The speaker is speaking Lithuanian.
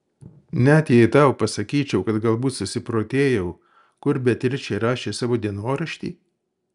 net jei tau pasakyčiau kad galbūt susiprotėjau kur beatričė rašė savo dienoraštį